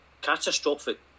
catastrophic